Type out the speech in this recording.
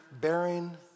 bearing